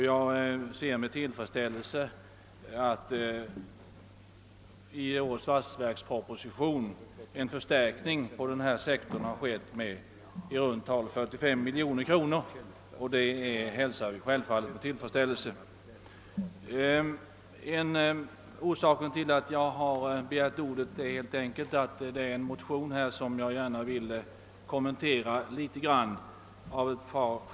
Jag ser med tillfredsställelse att det i årets statsverksproposition föreslås en förstärkning på den sektorn med i runt tal 45 miljoner kronor. Orsaken till att jag begärt ordet är att jag av ett par skäl något vill kommentera en motion som behandlats under denna punkt.